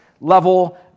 level